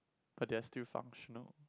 but they are still functional